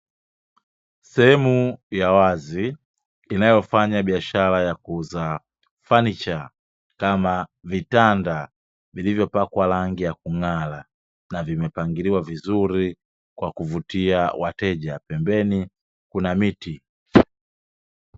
Sehemu ya wazi inayofanya biashara ya kuuza fanicha kama vitanda vilivyopakwa rangi ya kung'ara na vimepangiliwa vizuri kwa kuvutia wateja, pembeni kuna miti.